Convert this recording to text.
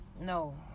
No